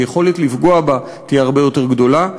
היכולת לפגוע בה תהיה הרבה יותר גדולה,